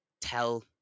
tell